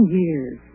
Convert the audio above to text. years